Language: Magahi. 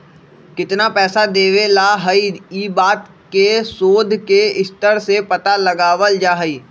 कितना पैसा देवे ला हई ई बात के शोद के स्तर से पता लगावल जा हई